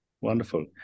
Wonderful